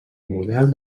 model